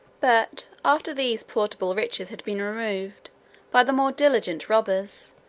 but, after these portable riches had been removed by the more diligent robbers,